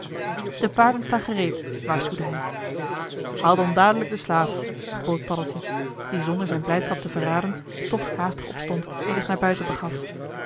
de paarden staan gereed waarschuwde hij haal dan dadelijk den slaaf gebood paddeltje die zonder zijn blijdschap te verraden toch haastig opstond en zich naar buiten begaf